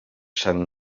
sant